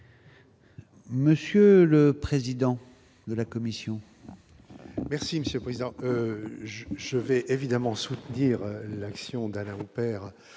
Monsieur le président de la commission. Merci Monsieur Président je je vais évidemment soutenir l'action d'Alain Perrin